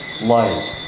light